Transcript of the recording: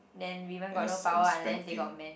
then women got no power unless they got man